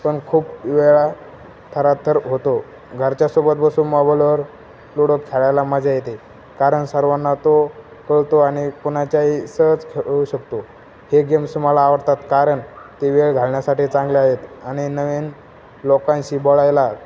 पण खूप वेळा थराथर होतो घरच्यासोबत बसून मोबालवर लुडो खेळायला मजा येते कारण सर्वांना तो कळतो आणि कोणाच्याही सहज खेळ होऊ शकतो हे गेम्स मला आवडतात कारण ते वेळ घालवण्यासाठी चांगले आहेत आणि नवीन लोकांशी बोलायला